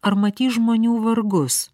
ar matys žmonių vargus